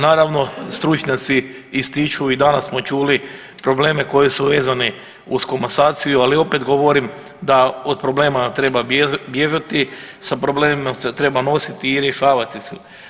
Naravno stručnjaci ističu i danas smo čuli probleme koji su vezani uz komasaciju, ali opet govorim da od problema treba bježati, sa problemima se treba nositi i rješavati se.